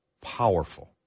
powerful